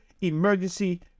Emergency